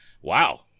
Wow